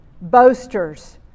boasters